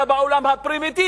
אלא גם בעולם הפרימיטיבי.